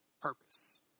purpose